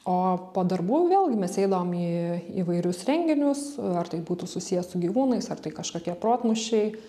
o po darbų vėlgi mes eidavom į įvairius renginius ar tai būtų susiję su gyvūnais ar tai kažkokie protmūšiai